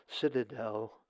citadel